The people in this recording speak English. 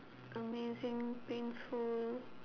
amazing painful